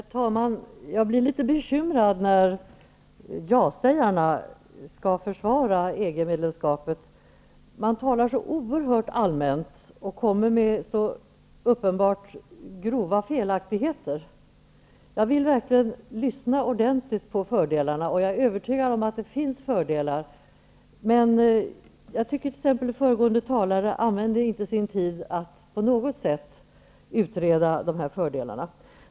Herr talman! Jag blir litet bekymrad när ja-sägarna skall försvara EG-medlemskapet. Man talar så oerhört allmänt och kommer med så uppenbart grova felaktigheter. Jag vill verkligen ordentligt ta reda på vilka fördelarna är. Jag är övertygad om att det finns fördelar, men t.ex. föregående talare använde inte sin tid till att på något sätt reda ut fördelarna.